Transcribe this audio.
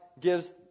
gives